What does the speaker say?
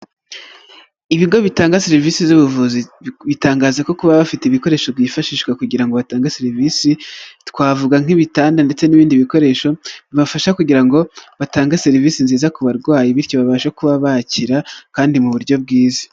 Ibigo bitanga serivisi z'ubuvuzi, bitangaza ko kuba bafite ibikoresho byifashishwa kugira ngo batange serivisi, twavuga nk'ibitanda, ndetse n'ibindi bikoresho, bibafasha kugira ngo batange serivisi nziza ku barwayi, bityo babashe kuba bakira kandi mu buryo bwiza.